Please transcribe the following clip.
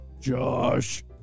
Josh